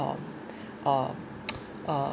uh uh uh